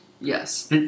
Yes